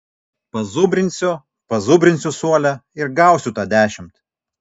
pazubrinsiu pazubrinsiu suole ir gausiu tą dešimt